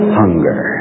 hunger